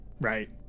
Right